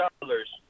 dollars